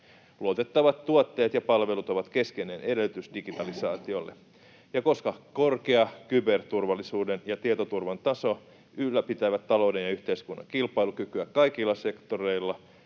Luotettavat tuotteet ja palvelut ovat keskeinen edellytys digitalisaatiolle, ja koska korkea kyberturvallisuuden ja tietoturvan taso ylläpitävät talouden ja yhteiskunnan kilpailukykyä kaikilla sektoreilla,